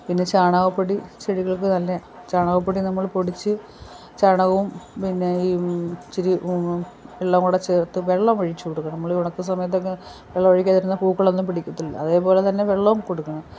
പിന്നെ ചാണക പൊടി ചെടികൾക്ക് നല്ല ചാണകപ്പൊടി നമ്മൾ പൊടിച്ച് ചാണാകോം പിന്നെയീ ഇച്ചിരി വെള്ളം കൂടെ ചേർത്തും വെള്ളം ഒഴിച്ച് കൊടുക്കണം നമ്മളീ ഉണക്ക് സമയത്തൊക്കെ വെള്ളം ഒഴിക്കാതിരുന്നാൽ പൂക്കളൊന്നും പിടിക്കത്തില്ല അതേപോലെ തന്നെ വെള്ളോം കൊടുക്കണം